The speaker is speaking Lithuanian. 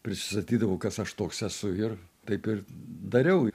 prisistatydavau kas aš toks esu ir taip ir dariau